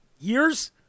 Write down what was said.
years